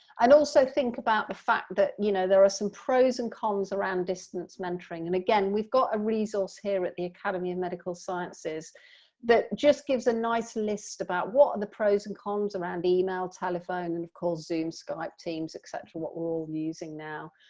also think about the fact that, you know, there are some pros and cons around distance mentoring and again we've got a resource here at the academy of medical sciences that just gives a nice list about what are the pros and cons around email, telephone and, of course, zoom skype teams etc. what we're all using now.